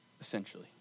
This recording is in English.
essentially